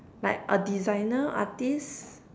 like a designer artist